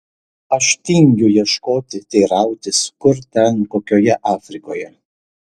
aš tingiu ieškoti teirautis kur ten kokioje afrikoje